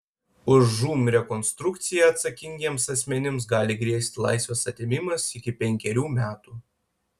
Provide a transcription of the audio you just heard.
už žūm rekonstrukciją atsakingiems asmenims gali grėsti laisvės atėmimas iki penkerių metų